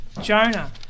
Jonah